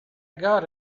got